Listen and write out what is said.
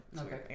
Okay